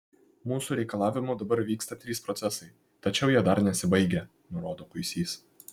mūsų reikalavimu dabar vyksta trys procesai tačiau jie dar nesibaigę nurodo kuisys